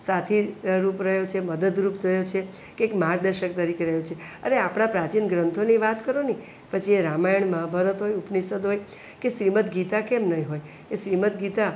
સાથીરૂપ રહ્યો છે મદદરૂપ રહ્યો છે કે એક માર્ગદર્શક તરીકે રહ્યો છે અરે આપણા પ્રાચીન ગ્રંથોની વાત કરોને પછી એ રામાયણ મહાભારત હોય ઉપનિષદ હોય કે શ્રીમદ ગીતા કેમ નહીં હોય એ શ્રીમદ ગીતા